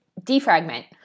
defragment